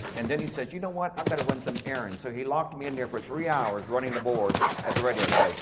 and then he said, you know what, i've got to run some errands. so he locked me in there for three hours running the board at the radio